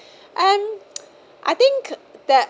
um I think the